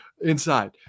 inside